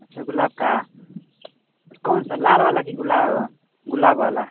अच्छा गुलाब का कौन सा लाल वाला कि गुला गुलाब वाला